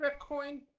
Bitcoin